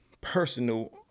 personal